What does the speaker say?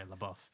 LaBeouf